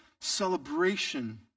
celebration